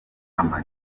ama